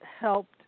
helped